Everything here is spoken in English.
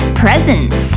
presents